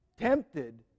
tempted